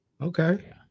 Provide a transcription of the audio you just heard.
Okay